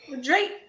Drake